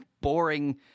boring